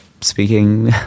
speaking